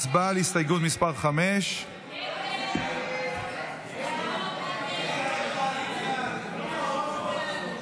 הצבעה על הסתייגות מס' 5. הסתייגות 5 לא נתקבלה.